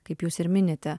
kaip jūs ir minite